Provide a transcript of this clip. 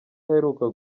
aheruka